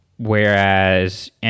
Whereas